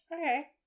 okay